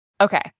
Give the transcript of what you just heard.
Okay